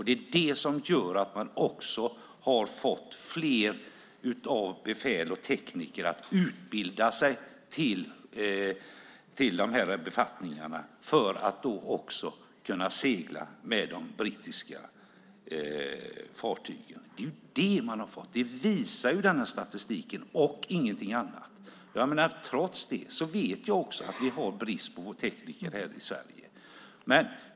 Det är det som gör att man också har fått fler befäl och tekniker att utbilda sig till de här befattningarna för att kunna segla med de brittiska fartygen. Det är det man har fått. Det är det som statistiken visar, och ingenting annat. Jag vet att vi har brist på tekniker här i Sverige.